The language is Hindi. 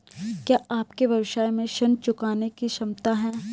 क्या आपके व्यवसाय में ऋण चुकाने की क्षमता है?